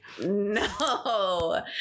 no